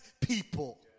people